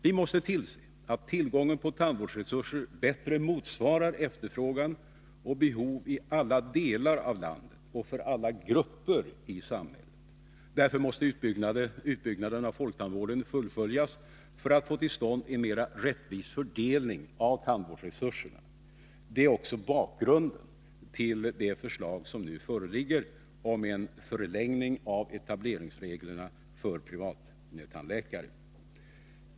Vi måste se till att tillgången på tandvårdsresurser bättre motsvarar efterfrågan och behovet i alla delar av landet och för alla grupper i samhället. Därför måste utbyggnaden av folktandvården fullföljas, för att man skall få till stånd en mer rättvis fördelning av tandvårdsresurserna. Det är också bakgrunden till det förslag som nu föreligger om en förlängning av etableringsreglerna för privattandläkarna.